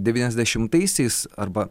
devyniasdešimtaisiais arba